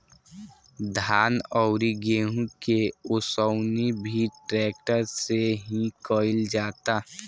धान अउरी गेंहू के ओसवनी भी ट्रेक्टर से ही कईल जाता